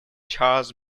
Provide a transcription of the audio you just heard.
charles